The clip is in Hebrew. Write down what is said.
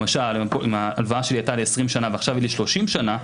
למשל אם ההלוואה שלי הייתה ל-20 שנה ועכשיו היא ל-30 שנה,